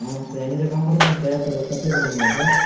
ஆமாம்ங்க சார் எங்கள் கம்பெனிக்கும் தேவைப்படுது சப்ளை பண்ணுவீங்களா சார்